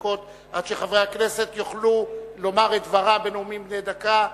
דקות עד שחברי הכנסת יוכלו לומר את דברם בנאומים בני דקה.